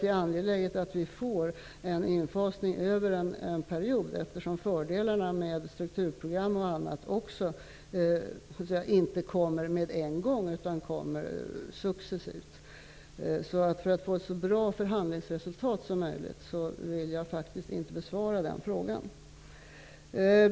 Det är angeläget att få en infasning över en period, eftersom fördelarna med strukturprogram och annat inte kommer på en gång utan successivt. För att få ett så bra förhandlingsresultat som möjligt vill jag faktiskt inte besvara Björn von der Eschs fråga.